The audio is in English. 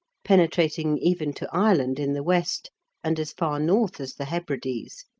penetrating even to ireland in the west and as far north as the hebrides,